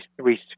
three